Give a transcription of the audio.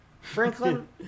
Franklin